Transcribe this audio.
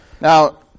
Now